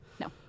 No